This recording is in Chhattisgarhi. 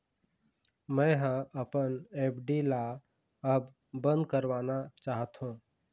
मै ह अपन एफ.डी ला अब बंद करवाना चाहथों